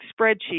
spreadsheet